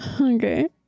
Okay